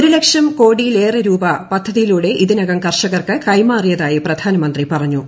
ഒരു ലക്ഷം കോടിയിലേറെരൂപ പദ്ധതിയിലൂടെ ഇതിനകം കർഷകർക്ക് കൈമാറിയതായി പ്രധാനമന്ത്രി പറഞ്ഞു